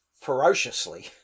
ferociously